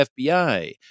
FBI